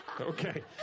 Okay